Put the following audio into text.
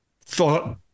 thought